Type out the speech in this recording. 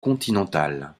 continentales